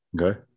Okay